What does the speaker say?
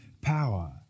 power